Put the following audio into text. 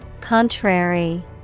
Contrary